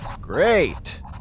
great